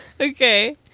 Okay